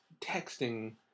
texting